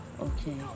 okay